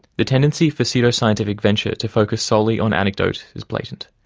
the tendency for pseudoscientific venture to focus solely on anecdote is blatant.